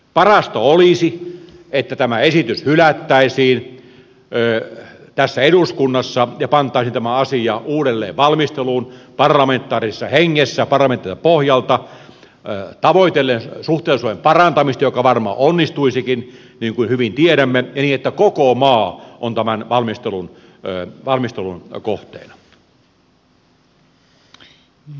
parasta olisi että tämä esitys hylättäisiin tässä eduskunnassa ja pantaisiin tämä asia uudelleen valmisteluun parlamentaarisessa hengessä parlamentaariselta pohjalta tavoitellen suhteellisuuden parantamista joka varmaan onnistuisikin niin kuin hyvin tiedämme niin että koko maa on tämän valmistelun kohteena